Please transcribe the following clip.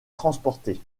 transportés